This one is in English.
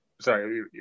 sorry